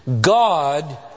God